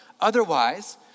Otherwise